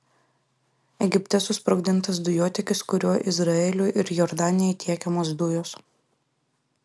egipte susprogdintas dujotiekis kuriuo izraeliui ir jordanijai tiekiamos dujos